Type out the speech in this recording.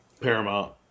Paramount